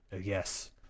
Yes